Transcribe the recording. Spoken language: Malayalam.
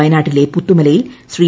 വയനാട്ടിലെ പുത്തുമലയിൽ ശ്രീ